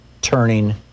turning